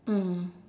mm